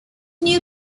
new